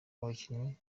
abakinnyi